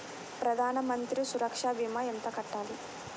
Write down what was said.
ప్రధాన మంత్రి సురక్ష భీమా ఎంత కట్టాలి?